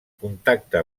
contacte